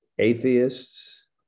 Atheists